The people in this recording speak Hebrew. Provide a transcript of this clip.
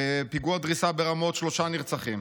בפיגוע דריסה ברמות, שלושה נרצחים,